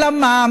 אלא מה?